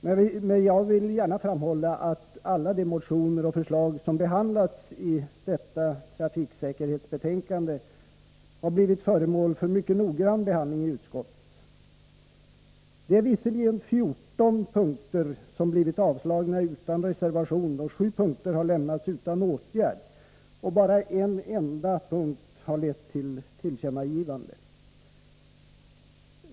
Men jag vill gärna framhålla att alla de motioner och förslag som har behandlats i detta trafiksäkerhetsbetänkande har blivit föremål för mycket noggrann behandling i utskottet. I 14 punkter har visserligen förslagen blivit avstyrkta utan reservationer och i 7 punkter har de lämnats utan åtgärd. Bara en enda punkt har lett till tillkännagivande.